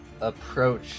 approach